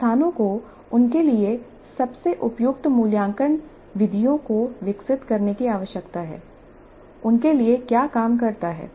संस्थानों को उनके लिए सबसे उपयुक्त मूल्यांकन विधियों को विकसित करने की आवश्यकता है उनके लिए क्या काम करता है